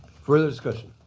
further discussion?